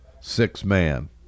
six-man